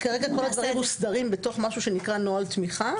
כרגע כל הדברים האלה מוסדרים בתוך משהו שנקרא "נוהל תמיכה",